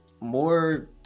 more